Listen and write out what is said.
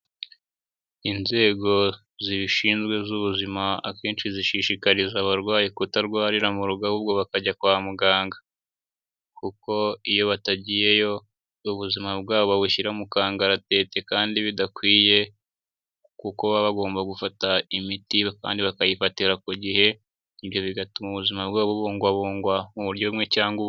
Inzego zibishinzwe z'ubuzima akenshi zishishikariza abarwayi kutarwarira mu rugo ahubwo bakajya kwa muganga kuko iyo batagiyeyo ubuzima bwabo babushyira mu kangaratete kandi bidakwiye kuko baba bagomba gufata imiti kandi bakayifatira ku gihe, ibyo bigatuma ubuzima bwabo bubungwabungwa mu buryo bumwe cyangwa ubundi.